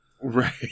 Right